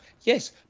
Yes